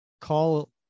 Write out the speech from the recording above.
call